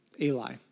Eli